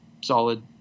solid